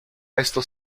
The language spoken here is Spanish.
estos